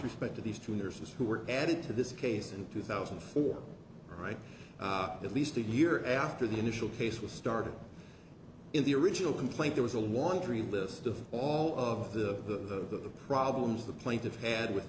respect to these two nurses who were added to this case in two thousand and four right at least a year after the initial case was started in the original complaint there was a laundry list of all of the problems the plaintiff had with